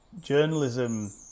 journalism